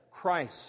Christ